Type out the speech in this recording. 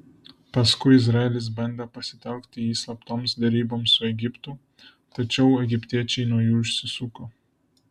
paskui izraelis bandė pasitelkti jį slaptoms deryboms su egiptu tačiau egiptiečiai nuo jų išsisuko